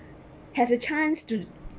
have a chance to